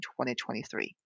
2023